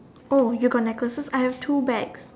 you got necklaces I have two bags